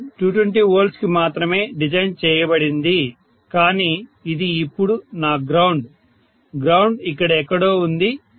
ఇది 220 V కి మాత్రమే డిజైన్ చేయబడింది కానీ ఇది ఇప్పుడు నా గ్రౌండ్ గ్రౌండ్ ఇక్కడ ఎక్కడో ఉంది